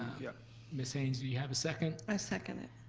yeah ms. haynes, do we have a second? i second it.